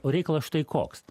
o reikalas štai koks